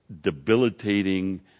debilitating